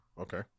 Okay